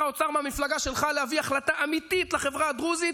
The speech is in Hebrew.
האוצר מהמפלגה שלך להביא החלטה אמיתית לחברה הדרוזית,